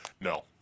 No